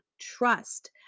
trust